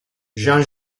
jean